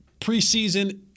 preseason